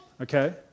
Okay